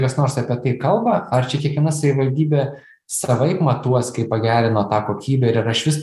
kas nors apie tai kalba ar čia kiekviena savivaldybė savaip matuos kaip pagerino tą kokybę ir ar išvis